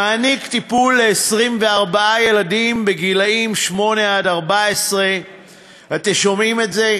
מעניק טיפול ל-24 ילדים בני שמונה עד 14. אתם שומעים את זה?